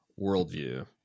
worldview